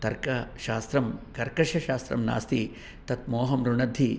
तर्कशास्त्रं कर्कशशास्त्रं नास्ति तत् मोहं रुणद्धि